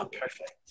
perfect